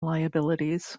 liabilities